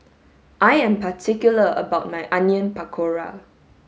I am particular about my onion pakora